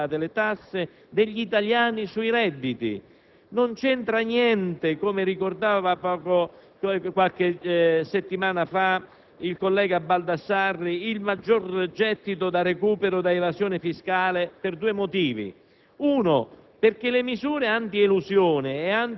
Questo assestamento è la certificazione dell'aumento delle tasse degli italiani sui redditi. Ciò non ha niente a che fare, come ricordava qualche settimana fa il collega Baldassarri, con il maggiore gettito da recupero da evasione fiscale, e ciò per due motivi.